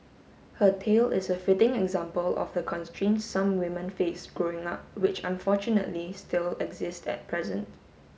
her tale is a fitting example of the constraints some women face growing up which unfortunately still exist at present